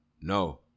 No